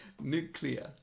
Nuclear